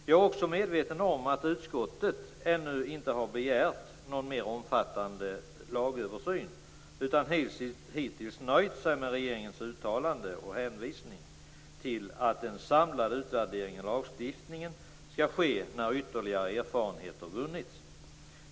Jag är också medveten om att utskottet ännu inte har begärt någon mer omfattande lagöversyn utan hittills nöjt sig med regeringens uttalande och hänvisning till att en samlad utvärdering av lagstiftningen skall ske när ytterligare erfarenheter vunnits.